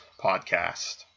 podcast